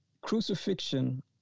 crucifixion